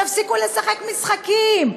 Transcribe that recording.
תפסיקו לשחק משחקים,